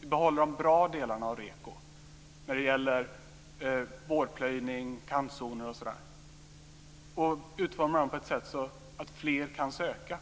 Vi behåller de bra delarna av REKO när det gäller vårplöjning, kantzoner, m.m. och utformar dem på ett sådant sätt att fler kan söka.